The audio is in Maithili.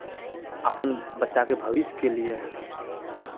अपन बच्चाके भविष्यके लिए